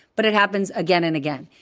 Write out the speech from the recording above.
but it happens again and again.